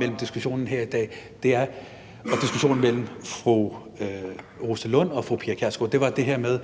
interessant her i dag, var diskussionen mellem fru Rosa Lund og fru Pia Kjærsgaard, og det var det her med,